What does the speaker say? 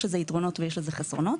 יש לזה יתרונות ויש לזה חסרונות.